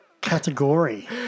category